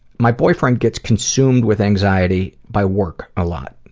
my boyfriend gets consumed with anxiety by work a lot.